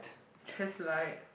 just like